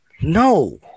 No